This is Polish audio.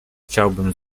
chciałbym